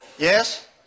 Yes